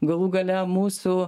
galų gale mūsų